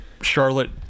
Charlotte